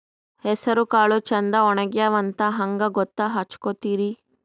ಹೆಸರಕಾಳು ಛಂದ ಒಣಗ್ಯಾವಂತ ಹಂಗ ಗೂತ್ತ ಹಚಗೊತಿರಿ?